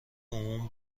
عموم